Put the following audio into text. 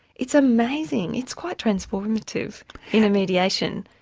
it's amazing, it's quite transformative in a mediation,